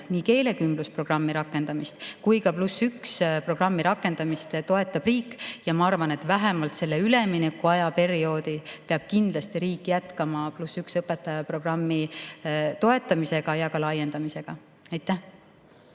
nii keelekümblusprogrammi rakendamist kui ka +1 programmi rakendamist toetab riik. Ma arvan, et vähemalt sellel üleminekuperioodil peab kindlasti riik jätkama +1 õpetaja programmi toetamist ja ka laiendamist. Paul